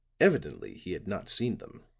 evidently he had not seen them.